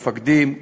המפקדים,